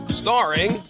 starring